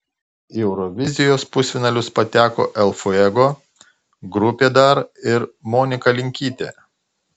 į eurovizijos pusfinalius pateko el fuego grupė dar ir monika linkytė